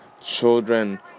children